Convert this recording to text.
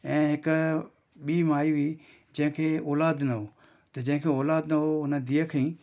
ऐं हिकु ॿी माई हुई जंहिंखे औलाद न हो त जंहिंखे औलाद न हो उन धीअ खईं